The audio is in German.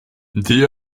die